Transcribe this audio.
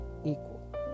equal